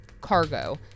cargo